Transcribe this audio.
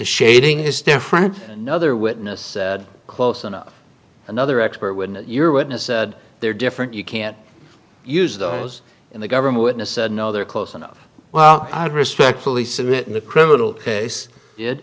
shading is different another witness said close enough another expert when your witness said they're different you can't use those in the government witness and no they're close enough well i would respectfully submit in the criminal case it